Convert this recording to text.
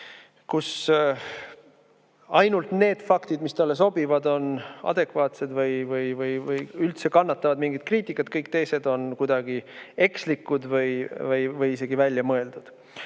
kus ainult need faktid, mis talle sobivad, on adekvaatsed või üldse kannatavad mingit kriitikat, kõik teised on kuidagi ekslikud või isegi välja mõeldud.